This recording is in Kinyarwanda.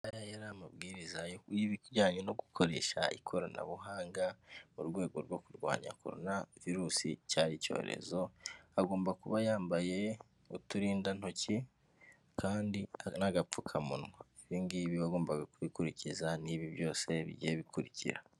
Aya yari amabwiriza y'ibijyanye no gukoresha ikoranabuhanga mu rwego rwo kurwanya corona virusi, cyari icyorezo agomba kuba yambaye uturindantoki kandi n'agapfukamunwa. Ibi ngibi yagombaga kubikurikiza n'ibi byose bigiye bikurikira.